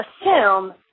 assume